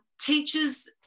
Teachers